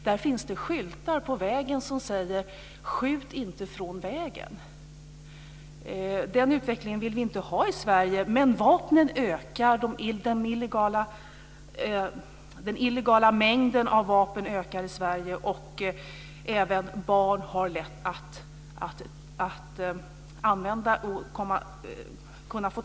Där finns det skyltar på vägen som säger så här: Skjut inte från vägen. Den utvecklingen vill vi inte ha i Sverige, men mängden illegala vapen ökar. Även barn har lätt att få tag på och använda dessa vapen.